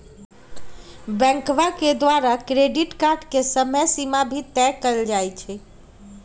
बैंकवा के द्वारा क्रेडिट कार्ड के समयसीमा भी तय कइल जाहई